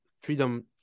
freedom